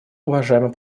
уважаемый